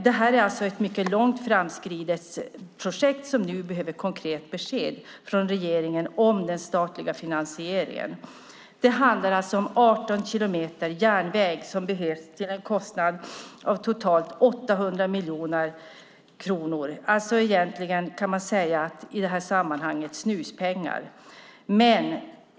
Det är alltså ett mycket långt framskridet projekt, och nu behövs ett konkret besked från regeringen om den statliga finansieringen. Det handlar om 18 kilometer järnväg som behövs, till en kostnad av totalt 800 miljoner kronor. Man kan alltså egentligen i detta sammanhang säga att det är snuspengar.